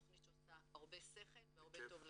תכנית שעושה הרבה שכל והרבה טוב לילדים.